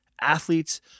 athletes